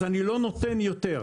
אז אני לא נותן יותר.